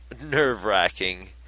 nerve-wracking